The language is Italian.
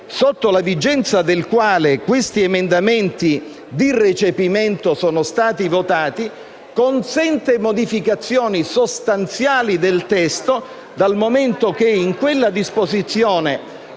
sotto la vigenza del quale questi emendamenti di recepimento sono stati votati, consente modificazioni sostanziali del testo, dal momento che in quella disposizione